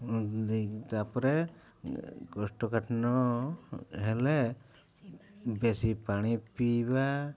ତା'ପରେ କୋଷ୍ଠକାଠିନ୍ୟ ହେଲେ ବେଶୀ ପାଣି ପିଇବା